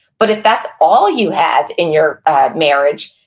but if that's all you have in your marriage,